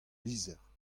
lizher